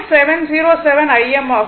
707 Im ஆகும்